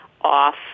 off